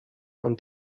und